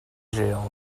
jail